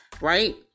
right